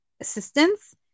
assistance